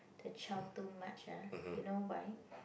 the child too much ah you know why